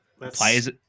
players